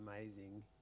amazing